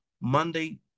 Monday